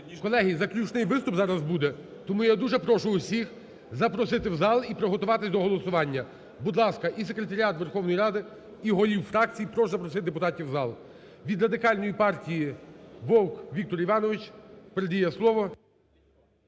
Колеги, заключний виступ зараз буде, тому я дуже прошу усіх запросити в зал і приготуватись до голосування. Будь ласка, і секретаріат Верховної Ради, і голів фракцій прошу запросити депутатів в зал. Від Радикальної партії Вовк Віктор Іванович. Передає слово